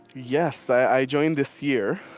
yes, i joined this year.